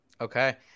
okay